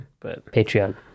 Patreon